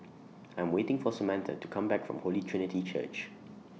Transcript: I'm waiting For Samatha to Come Back from Holy Trinity Church